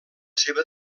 seva